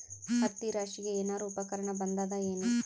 ಹತ್ತಿ ರಾಶಿಗಿ ಏನಾರು ಉಪಕರಣ ಬಂದದ ಏನು?